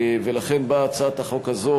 ולכן באה הצעת החוק הזאת,